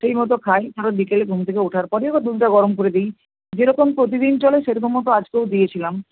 সেই মতো খায় কারণ বিকেলে ঘুম থেকে ওঠার পরে ওকে দুধটা গরম করে দিই যেরকম প্রতিদিন চলে সেরকমও তো আজকেও দিয়েছিলাম